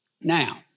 Now